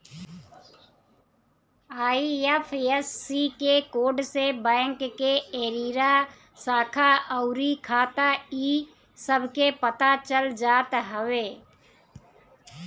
IFSC code से bank के area, शाखा अउरी खाता इ सब के पता चल जात हवे